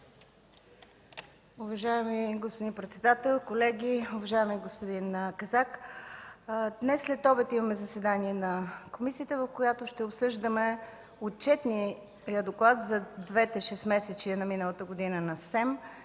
Уважаеми господин председател, колеги! Уважаеми господин Казак, днес следобед имаме заседание на комисията, в която ще обсъждаме Отчетния доклад за двете шестмесечия на миналата година на СЕМ.